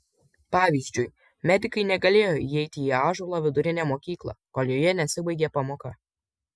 pavyzdžiui medikai negalėjo įeiti į ąžuolo vidurinę mokyklą kol joje nesibaigė pamoka